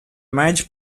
marriage